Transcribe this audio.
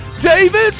David